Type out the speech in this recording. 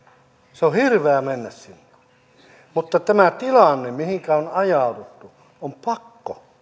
se on hirveätä mennä sinne mutta kun on tämä tilanne mihinkä on ajauduttu on pakko